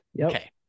Okay